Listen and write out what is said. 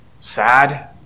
sad